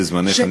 זה זמנך,